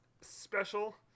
special